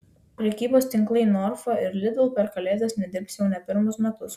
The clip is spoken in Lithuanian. prekybos tinklai norfa ir lidl per kalėdas nedirbs jau ne pirmus metus